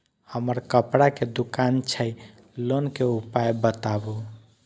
हमर कपड़ा के दुकान छै लोन के उपाय बताबू?